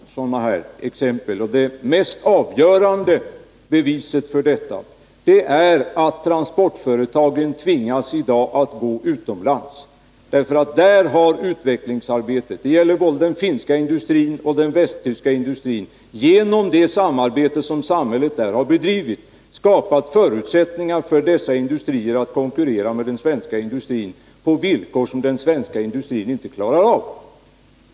Fru talman! Det finns självfallet en rad sådana exempel. Det mest avgörande beviset för detta är att transportföretagen i dag tvingas gå utomlands. Där har utvecklingsarbetet — det gäller både den finska industrin och den västtyska industrin — genom det samarbete som samhället bedrivit skapat förutsättningar för dessa industrier att konkurrera med den svenska industrin på villkor som den svenska industrin inte klarar av.